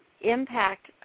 impact